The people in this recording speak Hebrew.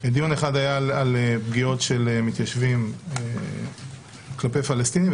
דיון אחד על פגיעות של מתיישבים כלפי פלסטינים,